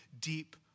deep